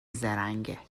زرنگه